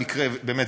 באמת,